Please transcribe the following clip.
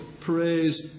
praise